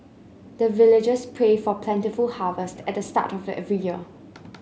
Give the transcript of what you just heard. the villagers pray for plentiful harvest at the start of every year